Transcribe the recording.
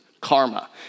Karma